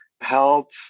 help